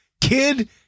Kid